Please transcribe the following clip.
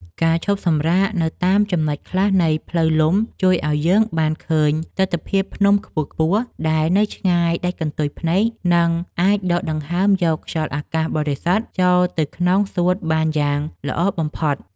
ការឈប់សម្រាកនៅតាមចំណុចខ្លះនៃផ្លូវលំជួយឱ្យយើងបានឃើញទិដ្ឋភាពភ្នំខ្ពស់ៗដែលនៅឆ្ងាយដាច់កន្ទុយភ្នែក និង អាចដកដង្ហើមយកខ្យល់អាកាសបរិសុទ្ធចូលទៅក្នុងសួតបានយ៉ាងល្អបំផុត។